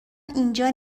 اینجا